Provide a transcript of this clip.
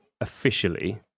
officially